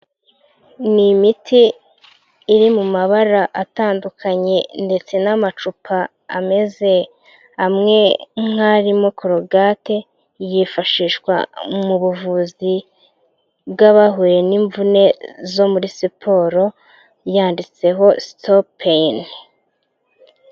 Ni imiti iri mu mabara atandukanye ndetse n'amacupa ameze amwe nk'arimo korogate yifashishwa mu buvuzi bw'abahuye n'imvune zo muri siporo yanditseho sitopu peyini.